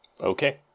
Okay